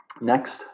Next